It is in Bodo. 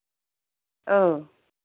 औ